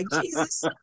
Jesus